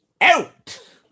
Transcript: out